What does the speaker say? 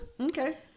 Okay